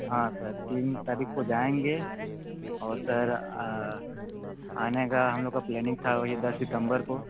हाँ सर तीन तारीख को जाएंगे और सर आने का हम लोग का प्लैनिंग था वही दस सितंबर को